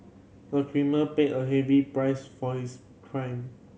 the criminal paid a heavy price for his crime